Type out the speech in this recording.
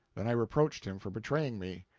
then i reproached him for betraying me.